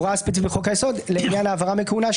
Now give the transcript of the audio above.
הוראה ספציפית בחוק-היסוד לעניין העברה מכהונה,